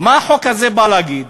לחלל,